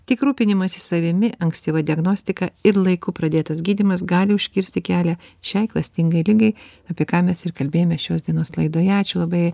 tik rūpinimasis savimi ankstyva diagnostika ir laiku pradėtas gydymas gali užkirsti kelią šiai klastingai ligai apie ką mes ir kalbėjomės šios dienos laidoje ačiū labai